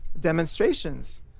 demonstrations